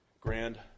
grand